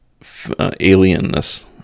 alienness